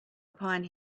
upon